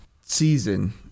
season